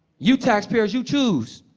you taxpayers, you choose.